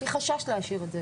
בואו שנייה נשאיר את זה